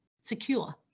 secure